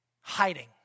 hiding